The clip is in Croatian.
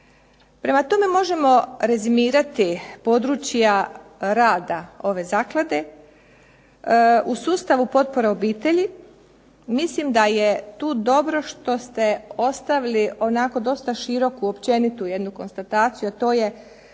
Prema tome, možemo rezimirati područja rada ove zaklade u sustavu potpora obitelji, mislim da je tu dobro što ste ostavili dosta široku, općenitu konstataciju a to je